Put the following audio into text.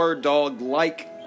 dog-like